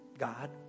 God